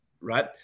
right